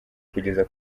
kugeza